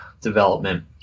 development